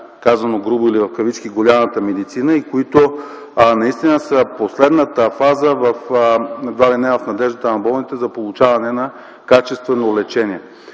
казано грубо или в кавички, голямата медицина, и които наистина са последната фаза в надеждата на болните за получаване на качествено лечение.